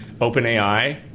OpenAI